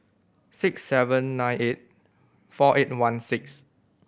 six seven nine eight four eight one six